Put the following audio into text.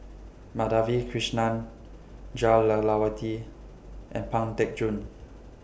Madhavi Krishnan Jah Lelawati and Pang Teck Joon